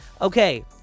Okay